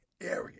area